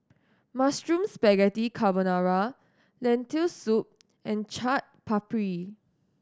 Mushroom Spaghetti Carbonara Lentil Soup and Chaat Papri